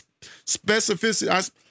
specificity